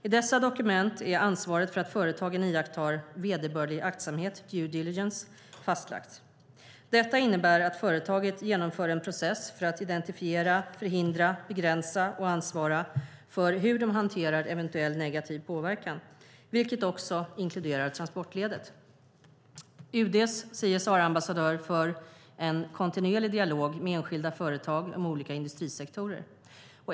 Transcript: I dessa dokument är ansvaret för att företagen iakttar vederbörlig aktsamhet - due diligence - fastlagt. Detta innebär att företaget genomför en process för att identifiera, förhindra, begränsa och ansvara för hur de hanterar eventuell negativ påverkan, vilket också inkluderar transportledet. UD:s CSR-ambassadör för en kontinuerlig dialog med enskilda företag och med olika industrisektorer.